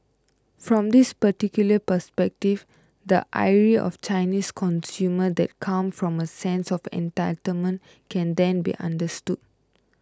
from this particular perspective the ire of Chinese consumers that come from a sense of entitlement can then be understood